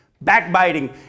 backbiting